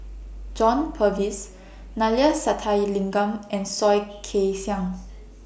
John Purvis Neila Sathyalingam and Soh Kay Siang